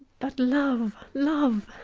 but love, love,